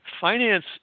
Finance